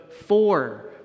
four